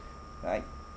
like